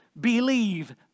believe